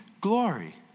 glory